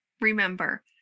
remember